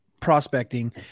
prospecting